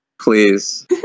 Please